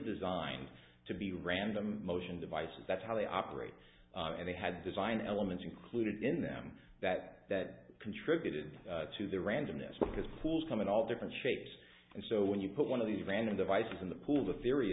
designed to be random motion devices that's how they operate and they had design elements included in them that that contributed to the randomness because pools come in all different shapes and so when you put one of these random devices in the pool the theory